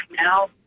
now